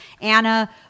Anna